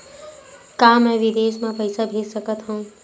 का मैं विदेश म पईसा भेज सकत हव?